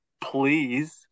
please